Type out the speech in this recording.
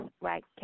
right